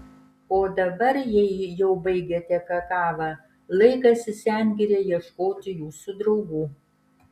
o dabar jei jau baigėte kakavą laikas į sengirę ieškoti jūsų draugų